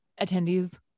attendees